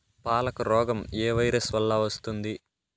పాలకు రోగం ఏ వైరస్ వల్ల వస్తుంది?